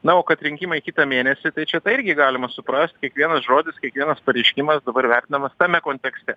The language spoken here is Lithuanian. na o kad rinkimai kitą mėnesį tai čia tą irgi galima suprast kiekvienas žodis kiekvienas pareiškimas dabar vertinamas tame kontekste